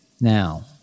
now